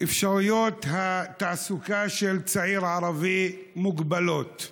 אפשרויות התעסוקה של צעיר ערבי מוגבלות,